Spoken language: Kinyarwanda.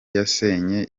yasenye